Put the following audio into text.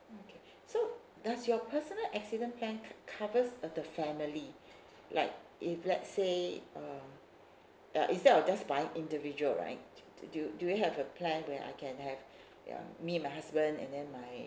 okay so does your personal accident plan co~ covers uh the family like if let's say uh uh instead of just buying individual right do you do you have a plan where I can have uh me and my husband and then my